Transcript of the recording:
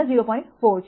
4 છે